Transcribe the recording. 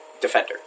Defender